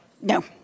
No